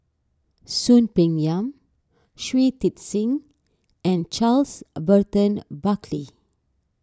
Soon Peng Yam Shui Tit Sing and Charles Burton Buckley